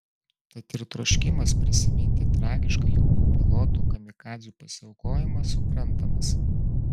tad ir troškimas prisiminti tragišką jaunų pilotų kamikadzių pasiaukojimą suprantamas